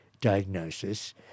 diagnosis